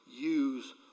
use